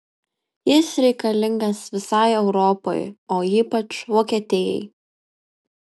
jis reikalingas visai europai o ypač vokietijai